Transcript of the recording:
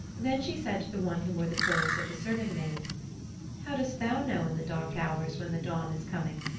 then she said to the one who wore the clothes of the serving-maid how dost thou know in the dark hours when the dawn is coming?